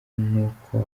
n’uko